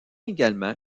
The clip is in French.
également